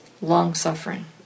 long-suffering